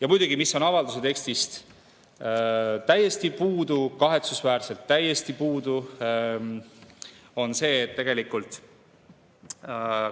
Ja muidugi, mis on avalduse tekstist täiesti puudu, kahetsusväärselt täiesti puudu, on see, et tegelikult